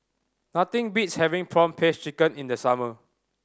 nothing beats having prawn paste chicken in the summer